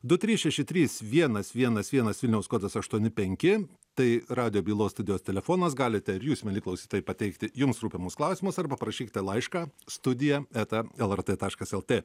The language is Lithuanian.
du trys šeši trys vienas vienas vienas vilniaus kodas aštuoni penki tai radijo bylos studijos telefonas galite ir jūs mieli klausytojai pateikti jums rūpimus klausimus arba parašykite laišką studija eta lrt taškas lt